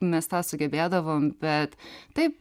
mes tą sugebėdavom bet taip